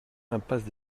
impasse